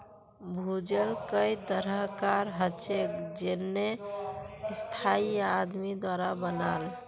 भूजल कई तरह कार हछेक जेन्ने स्थाई या आदमी द्वारा बनाल